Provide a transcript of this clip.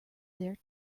there